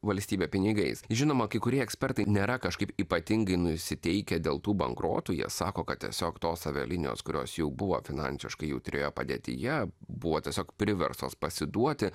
valstybė pinigais žinoma kai kurie ekspertai nėra kažkaip ypatingai nusiteikę dėl tų bankrotų jie sako kad tiesiog tos avialinijos kurios jau buvo finansiškai jautrioje padėtyje buvo tiesiog priverstos pasiduoti